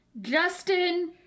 Justin